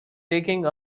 taking